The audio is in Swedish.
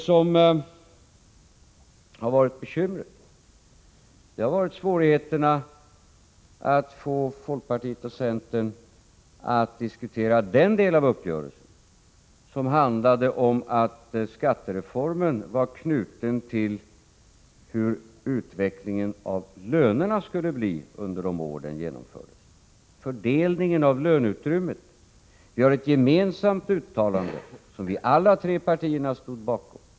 Svårigheten har varit att få folkpartiet och centern att diskutera den del av uppgörelsen som handlade om att skattereformen var knuten till hur utvecklingen av lönerna skulle bli under de år som den genomfördes. Det gällde fördelningen av löneutrymmet. Vi gjorde ett gemensamt uttalande, som alla tre partierna stod bakom.